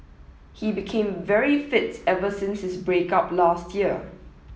he became very fit ever since his break up last year